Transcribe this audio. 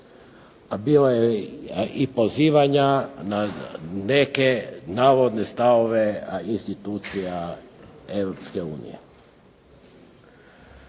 Bilo je i pozivanja na neke navodne stavove institucija Europske unije.